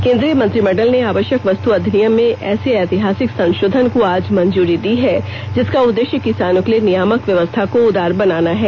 केंद्रीय मंत्रिमंडल ने आवश्यक वस्तु अधिनियम में ऐसे ऐतिहासिक संशोधन को आज मंजूरी दी है जिसका उद्देश्य किसानों के लिए नियामक व्यवस्था को उदार बनाना है